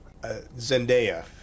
Zendaya